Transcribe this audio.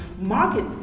market